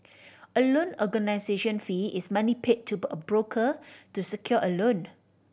a loan organisation fee is money paid to a broker to secure a loan